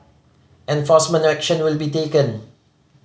enforcement action will be taken